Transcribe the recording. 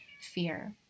fear